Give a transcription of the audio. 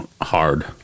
hard